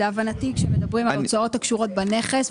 להבנתי כשמדברים על הוצאות הקשורות בנכס,